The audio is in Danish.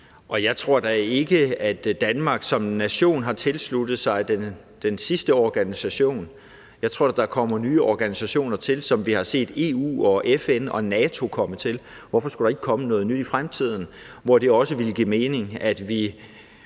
Og jeg tror da ikke, at Danmark som nation har tilsluttet sig den sidste organisation. Jeg tror da, der kommer nye organisationer til, sådan som vi har set EU og FN og NATO komme til. Hvorfor skulle der ikke komme noget nyt i fremtiden, hvor det også ville give mening, at vi